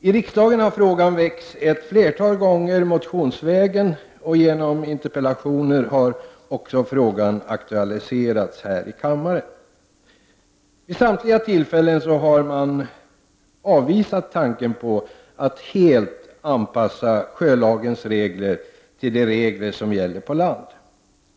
I riksdagen har frågan väckts ett flertal gånger motionsvägen. Genom interpellationer har frågan också aktualiserats här i kammaren. Vid samtliga tillfällen har man avvisat tanken på att helt anpassa sjölagens regler till de regler som gäller på land.